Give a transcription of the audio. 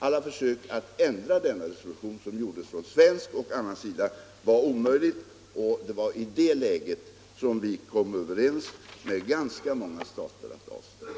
Alla försök från svenskt och från annat håll att ändra resolutionen var fåfänga, och det var i det läget som vi kom överens med ganska många stater om att avstå från att rösta.